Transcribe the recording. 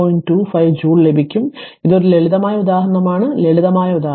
25 joule ലഭിക്കും ഇത് ഒരു ലളിതമായ ഉദാഹരണമാണ് ലളിതമായ ഉദാഹരണം